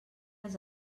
els